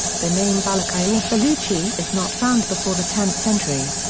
the name balochi or baluchi is not found before the tenth century.